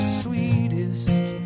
sweetest